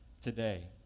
today